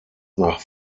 nach